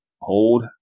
hold